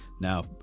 Now